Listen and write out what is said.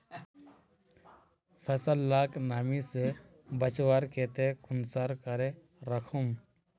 फसल लाक नमी से बचवार केते कुंसम करे राखुम?